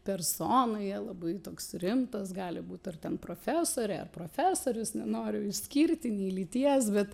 personoje labai toks rimtas gali būt ar ten profesorė ar profesorius nenoriu išskirti nei lyties bet